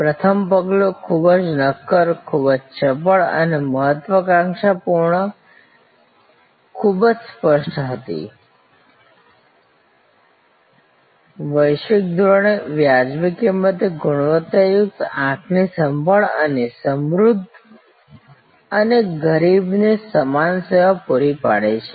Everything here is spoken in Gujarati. પ્રથમ પગલું ખૂબ જ નક્કર ખૂબ જ ચપળ અને મહત્વાકાંક્ષા ખૂબ જ સ્પષ્ટ હતી વૈશ્વિક ધોરણે વાજબી કિંમતે ગુણવત્તાયુક્ત આંખની સંભાળ અને સમૃદ્ધ અને ગરીબને સમાન સેવા પૂરી પાડે છે